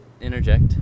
interject